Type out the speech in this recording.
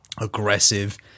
aggressive